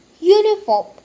Uniform